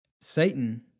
Satan